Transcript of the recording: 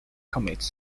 commits